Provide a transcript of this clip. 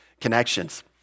connections